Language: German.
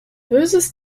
böses